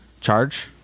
charge